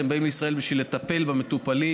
אתם באים לישראל בשביל לטפל במטופלים,